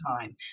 time